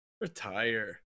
Retire